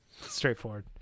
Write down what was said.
straightforward